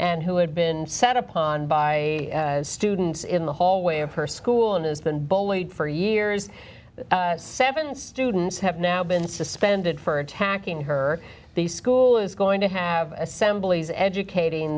and who had been set upon by students in the hallway of her school and has been bullied for years seven students have now been suspended for attacking her the school is going to have assemblies educating